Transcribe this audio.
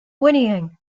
whinnying